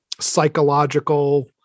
psychological